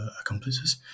accomplices